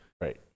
Right